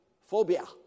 phobia